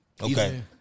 Okay